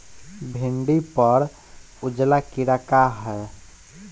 भिंडी पर उजला कीड़ा का है?